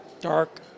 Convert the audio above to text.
dark